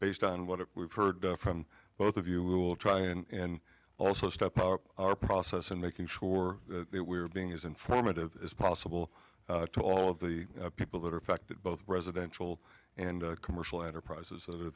based on what we've heard from both of you we will try and also step up our process and making sure that we are being as informative as possible to all of the people that are affected both residential and commercial enterprises that are